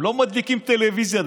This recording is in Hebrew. הם לא מדליקים טלוויזיה,